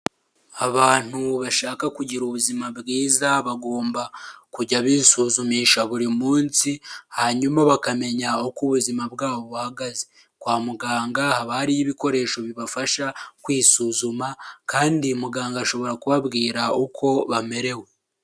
Abantu bashaka kugira ubuzima bwiza bagomba kujya bisuzumisha buri munsi hanyuma bakamenya uko ubuzima bwabo buhagaze, kwa muganga habayo ibikoresho bibafasha kwisuzuma kandi muganga ashobora kubabwira uko bamerewe.